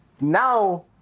Now